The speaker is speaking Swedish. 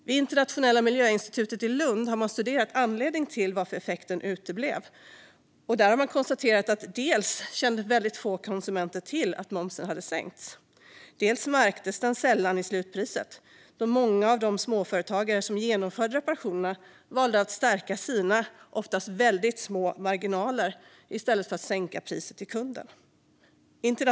Vid Internationella miljöinstitutet i Lund har man studerat varför effekten uteblev och konstaterat att dels kände få konsumenter till att momsen hade sänkts, dels märktes det sällan i slutpriset då många av de småföretagare som genomförde reparationerna valde att stärka sina, oftast väldigt små, marginaler i stället för att sänka priset till kunden.